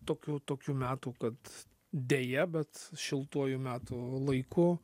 tokių tokių metų kad deja bet šiltuoju metų laiku